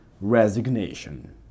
resignation